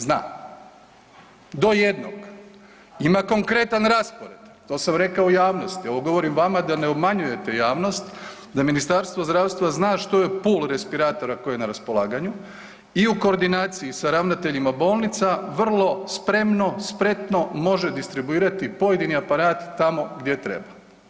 Zna do jednog, ima konkretan raspored, to sam rekao u javnosti, ovo govorim vama da ne obmanjujete javnost da Ministarstvo zdravstva zna što je pul respirator ako je na raspolaganju i u koordinaciji sa ravnateljima bolnica vrlo spremno, spretno može distribuirati pojedini aparat tamo gdje treba.